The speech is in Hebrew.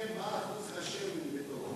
מעניין מה אחוז השמן בתוכו?